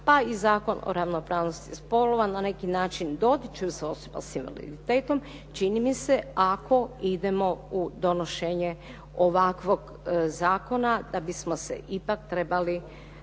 pa i Zakon o ravnopravnosti spolova na neki način dotiču se osoba s invaliditetom, čini mi se ako idemo u donošenje ovakvog zakona da bismo se ipak trebali,